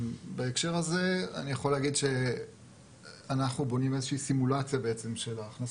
בהקשר הזה אני יכול להגיד שאנחנו בונים איזו שהיא סימולציה של ההכנסות,